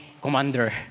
commander